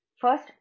First